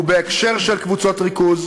ובהקשר של קבוצות ריכוז,